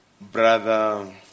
Brother